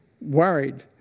worried